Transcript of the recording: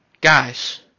guys